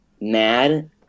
mad